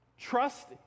Trust